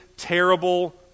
terrible